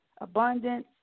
abundance